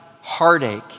heartache